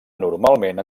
normalment